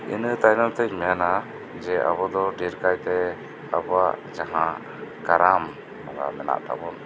ᱤᱱᱟᱹ ᱛᱟᱭᱱᱚᱢ ᱛᱮᱧ ᱢᱮᱱᱟ ᱡᱮ ᱟᱵᱩᱫᱚ ᱰᱷᱮᱨᱠᱟᱭᱛᱮ ᱟᱵᱩᱣᱟᱜ ᱡᱟᱦᱟᱸ ᱠᱟᱨᱟᱢ ᱚᱱᱟ ᱢᱮᱱᱟᱜ ᱛᱟᱵᱩᱱ